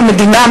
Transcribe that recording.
כמדינה,